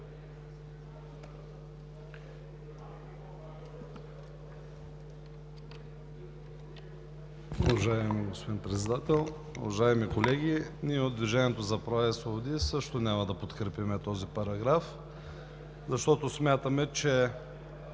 Уважаеми господин Председател, уважаеми колеги! Ние от „Движението за права и свободи“ също няма да подкрепим този параграф, защото смятаме, че